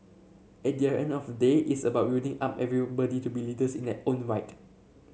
at the end of the day it's about building up everybody to be leaders in their own right